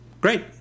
great